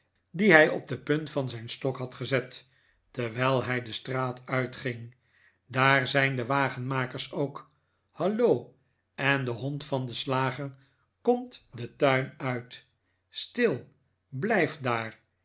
dien hij op de punt van zijn stok had gezet terwijl hij de straat uitging daar zijn de wagenmakers ook hallo en de hond van den slager komt den tuin uit stil blijf daar